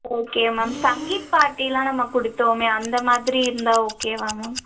okay ma'am sangeet பார்ட்டிலாம் நம்ம கொடுத்தோமே அந்த மாதிரி இருந்தால் ஓகேவா மேம்